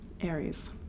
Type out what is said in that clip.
Aries